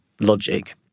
logic